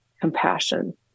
compassion